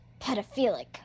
pedophilic